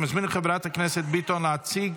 אני מזמין את חברת הכנסת ביטון להציג